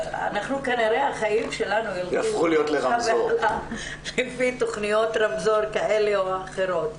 כנראה החיים שלנו לפי תוכניות רמזור כאלה או אחרות.